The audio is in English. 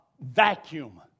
vacuum